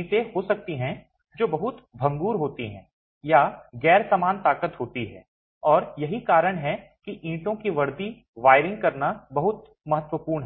ईंटें हो सकती हैं जो बहुत भंगुर होती हैं या गैर समान ताकत होती हैं और यही कारण है कि ईंटों की वर्दी फायरिंग करना बहुत महत्वपूर्ण है